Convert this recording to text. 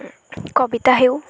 କବିତା ହେଉ